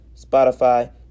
Spotify